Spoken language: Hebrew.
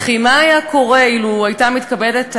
וכי מה היה קורה אילו הייתה מתכבדת הממשלה,